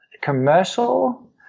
commercial